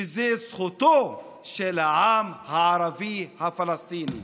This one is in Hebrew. וזה זכותו של העם הערבי הפלסטיני.